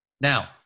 Now